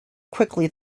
quickly